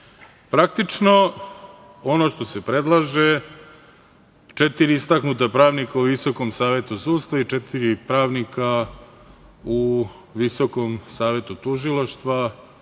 vlasti. Praktično, ono što se predlaže, četiri istaknuta pravnika u Visokom savetu sudstva i četiri pravnika u Visokom savetu tužilaštva,